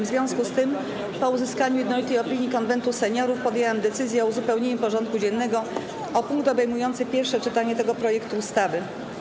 W związku z tym, po uzyskaniu jednolitej opinii Konwentu Seniorów, podjęłam decyzję o uzupełnieniu porządku dziennego o punkt obejmujący pierwsze czytanie tego projektu ustawy.